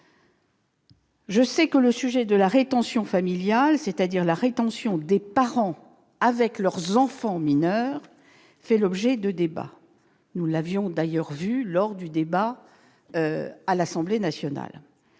sensibilité de ce sujet. La rétention familiale, c'est-à-dire la rétention des parents avec leurs enfants mineurs, fait l'objet de débats. Nous l'avions d'ailleurs constaté lors de l'examen du texte à l'Assemblée nationale.